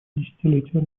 десятилетия